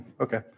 Okay